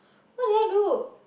what did I do